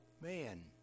man